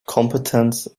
competence